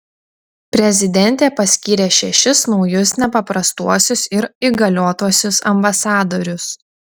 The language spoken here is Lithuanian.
prezidentė paskyrė šešis naujus nepaprastuosius ir įgaliotuosiuos ambasadorius